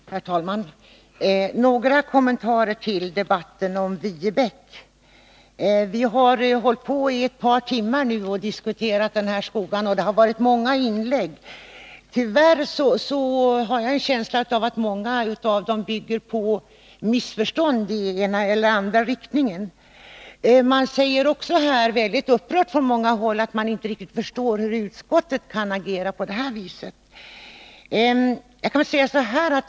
Herr talman! Jag vill göra några kommentarer i debatten om Viebäck. Vi har hållit på i ett par timmar nu och diskuterat den skolan, och det har varit många inlägg. Tyvärr har jag en känsla av att många av dem bygger på missförstånd i den ena eller den andra riktningen. Man säger också mycket upprört från många håll att man inte riktigt förstår hur utskottet kan agera på detta sätt.